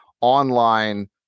online